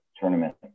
tournament